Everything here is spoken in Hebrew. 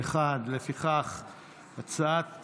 הצעת